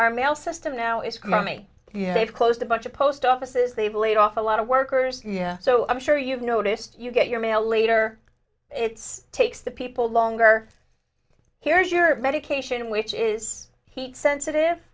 our mail system now is money you know they've closed a bunch of post offices they bleed off a lot of workers yeah so i'm sure you've noticed you get your mail later it's takes the people longer here is your medication which is heat sensitive